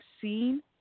seen